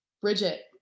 Bridget